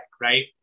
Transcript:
right